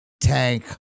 tank